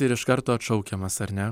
ir iš karto atšaukiamas ar ne